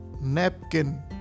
napkin